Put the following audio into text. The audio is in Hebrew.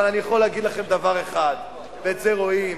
אבל אני יכול להגיד לכם דבר אחד, ואת זה רואים,